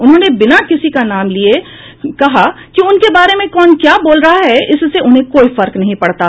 उन्होंने बिना किसी नाम लिये कहा कि उनके बारे में कौन क्या बोल रहा है इससे उन्हें कोई फर्क नहीं पड़ता